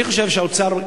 אני חושב שהאוצר,